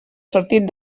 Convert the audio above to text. sortit